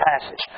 passage